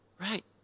right